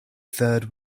third